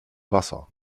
wasser